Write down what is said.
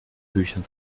büchern